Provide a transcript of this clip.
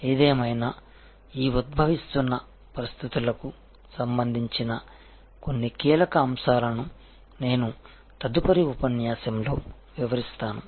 ఏదేమైనా ఈ ఉద్భవిస్తున్న పరిస్థితులకు సంబంధించిన కొన్ని కీలక అంశాలను నేను తదుపరి ఉపన్యాసంలో వివరిస్తాను